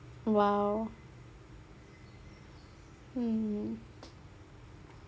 !wow! mmhmm